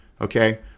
Okay